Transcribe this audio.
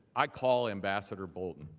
i call ambassador bolton.